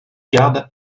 garde